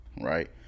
Right